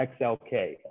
XLK